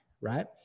right